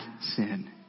sin